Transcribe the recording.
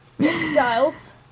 Giles